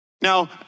Now